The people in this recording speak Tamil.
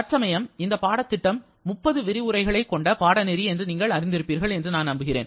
தற்சமயம் இந்த பாடத்திட்டம் 30 விரிவுரைகளை கொண்ட பாடநெறி என்று நீங்கள் அறிந்திருப்பீர்கள் என்று நான் நம்புகிறேன்